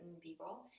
people